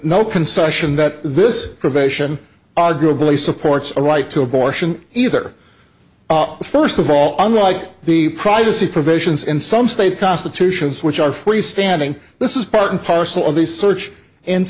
no concession that this provision arguably supports a right to abortion either first of all unlike the privacy provisions in some state constitutions which are freestanding this is part and parcel of the search and